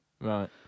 Right